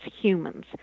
humans